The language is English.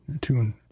tune